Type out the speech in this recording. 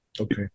okay